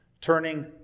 turning